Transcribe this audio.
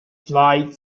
flight